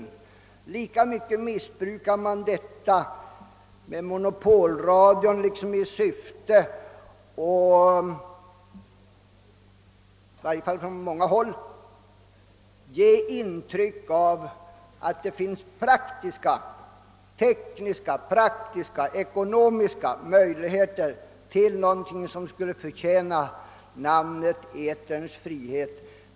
På motsvarande sätt missbrukar man alltså, i varje fall på många håll, detta tal om radiomonopolet i syfte att ge intryck av att det skulle finnas tekniska, praktiska och ekonomiska möjligheter att införa något som skulle förtjäna benämningen eterns frihet.